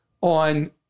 On